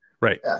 Right